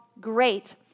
great